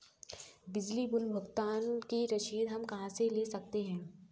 बिजली बिल भुगतान की रसीद हम कहां से ले सकते हैं?